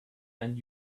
and